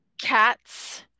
Cats